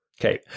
okay